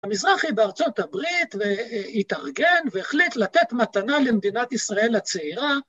המזרחי בארצות הברית התארגן והחליט לתת מתנה למדינת ישראל הצעירה.